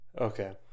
Okay